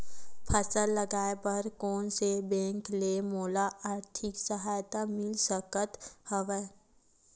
फसल लगाये बर कोन से बैंक ले मोला आर्थिक सहायता मिल सकत हवय?